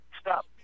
stop